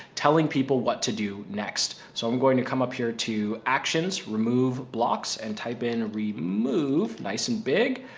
telling people what to do next. so i'm going to come up here to actions, remove blocks and type in remove nice and big.